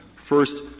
first,